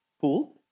pool